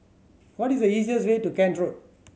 what is the easiest way to Kent Road